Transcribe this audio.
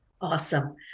awesome